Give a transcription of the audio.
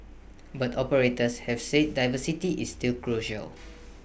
but operators have said diversity is still crucial